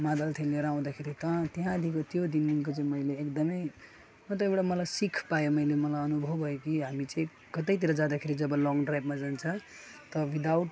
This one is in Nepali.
मादल थियो लिएर आउँदाखेरि कहाँ त्यहाँदिको त्यो दिनदेखिन्को चाहिँ मैले एकदमै र त्योबाट मलाई सिख पायो मैले मलाई अनुभव भयो कि हामी चाहिँ कतैतिर जाँदाखेरि जब लङ ड्राइभमा जान्छ त विदाउट